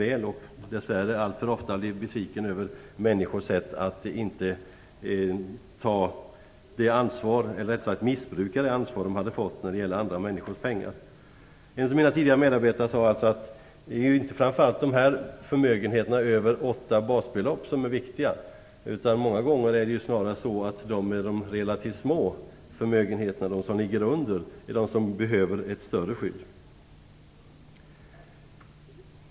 Jag har dessvärre alltför ofta blivit besviken över människors sätt att missbruka det ansvar som de har fått för andra människors pengar. En av mina tidigare medarbetare har sagt att det inte framför allt är förmögenheterna över åtta basbelopp som är viktiga, utan att det många gånger snarare är de relativt små förmögenheterna som behöver ett större skydd.